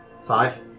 Five